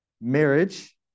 marriage